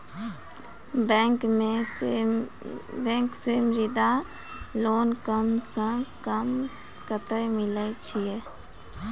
Bank से Mudra loan कम सऽ कम कतैय मिलैय छै?